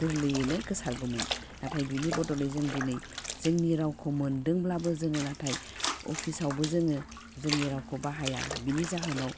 गोरलैयैनो गोसारगौमोन नाथाय बिनि बदलै जों दिनै जोंनि रावखौ मोनदोंब्लाबो जोङो नाथाय अफिसावबो जोङो जोंनि रावखौ बाहाया बिनि जाहोनाव